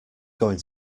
going